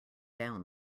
down